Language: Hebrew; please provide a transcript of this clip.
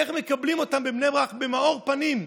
איך מקבלים אותן בבני ברק במאור פנים.